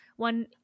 One